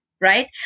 Right